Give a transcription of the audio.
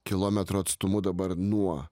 kilometro atstumu dabar nuo